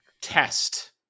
test